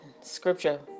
scripture